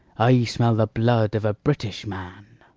i smell the blood of a british man.